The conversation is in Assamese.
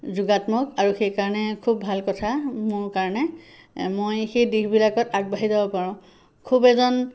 যুগাত্মক আৰু সেইকাৰণে খুব ভাল কথা মোৰ কাৰণে মই সেই দিশবিলাকত আগবাঢ়ি যাব পাৰোঁ খুব এজন